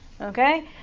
Okay